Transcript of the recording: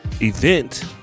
event